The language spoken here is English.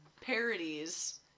parodies